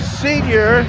senior